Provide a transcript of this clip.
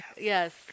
Yes